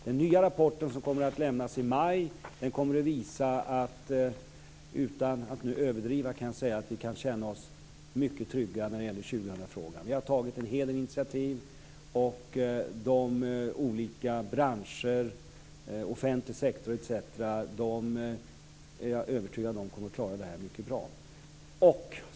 Den nya rapporten, som kommer att lämnas i maj, kommer att visa - jag kan säga det utan att överdriva - att vi kan känna oss mycket trygga i 2000-frågan. Vi har tagit en hel del initiativ, och de olika branscher, offentlig sektor etc. är jag övertygad om kommer att klara detta mycket bra.